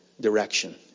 direction